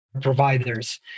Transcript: providers